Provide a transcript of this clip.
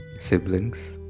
Siblings